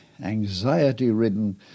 anxiety-ridden